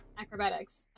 acrobatics